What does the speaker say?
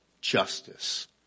justice